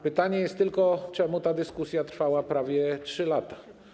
Pytanie jest tylko, czemu ta dyskusja trwała prawie 3 lata.